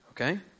Okay